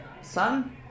son